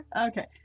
Okay